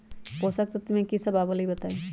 पोषक तत्व म की सब आबलई बताई?